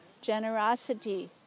generosity